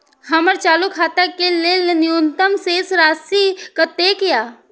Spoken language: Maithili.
हमर चालू खाता के लेल न्यूनतम शेष राशि कतेक या?